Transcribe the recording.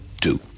two